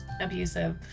abusive